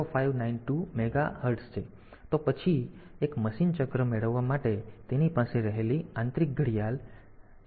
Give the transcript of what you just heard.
0592 megahertz છે તો પછી એક મશીન ચક્ર મેળવવા માટે તેની પાસે રહેલી આંતરિક ઘડિયાળ 11